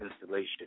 installation